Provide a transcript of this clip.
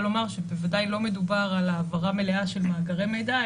אבל אני רוצה לומר שבוודאי לא מדובר על העברה מלאה של מאגרי מידע,